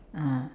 ah